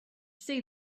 see